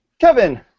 Kevin